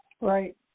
Right